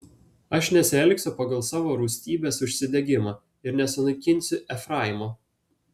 aš nesielgsiu pagal savo rūstybės užsidegimą ir nesunaikinsiu efraimo